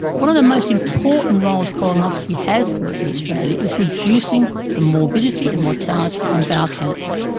one of the most important roles colonoscopy has for us in australia is reducing the morbidity and mortality from bowel cancer.